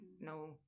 no